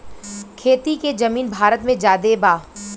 खेती के जमीन भारत मे ज्यादे बा